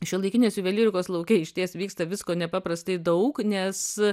šiuolaikinės juvelyrikos lauke išties vyksta visko nepaprastai daug nes